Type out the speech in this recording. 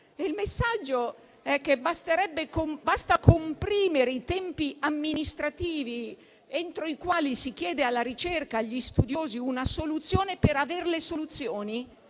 Il messaggio è che basta comprimere i tempi amministrativi entro i quali si chiede alla ricerca e agli studiosi una soluzione, per avere le soluzioni;